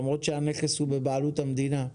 למרות שהנכס הוא בבעלות המדינה.